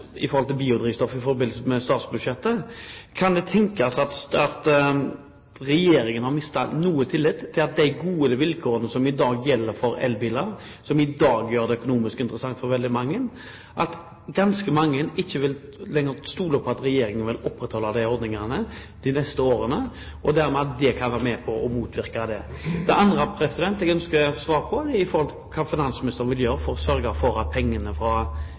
biodrivstoff i forbindelse med statsbudsjettet, kan det tenkes at regjeringen har mistet noe tillit med hensyn til de gode vilkårene som i dag gjelder for elbiler, og som i dag gjør det økonomisk interessant for veldig mange? Er det slik at ganske mange ikke lenger vil stole på at regjeringen vil opprettholde disse ordningene de neste årene, og at det dermed kan være med på å motvirke bruk av elbiler? Det andre jeg ønsker svar på, er hva finansministeren vil gjøre for å sørge for at pengene fra